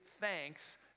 thanks